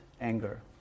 anger